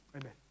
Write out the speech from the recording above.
Amen